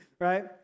right